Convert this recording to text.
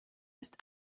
ist